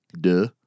Duh